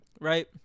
right